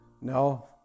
No